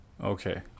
Okay